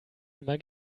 immer